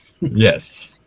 yes